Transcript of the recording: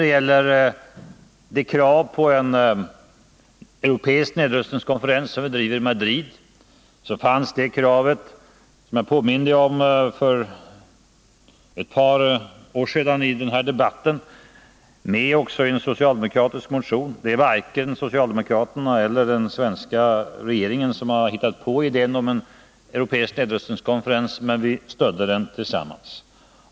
Det krav på en europeisk nedrustningskonferens som vi förde fram i Madrid fanns — vilket jag påminde om i den utrikespolitiska debatten förra året — också i en socialdemokratisk motion. Det är dock varken socialdemokraterna eller den svenska regeringen som har hittat på idén om en europeisk nedrustningskonferens, men vi stöder den tillsammans.